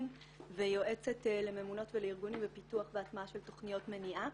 ויועצת לממונות ולארגונים בפיתוח והטמעה של תכניות מניעה.